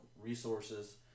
resources